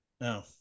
No